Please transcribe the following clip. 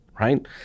Right